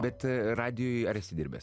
bet radijuj ar esi dirbęs